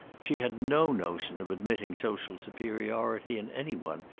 she had no notion of admitting social superiority in any one,